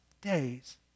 days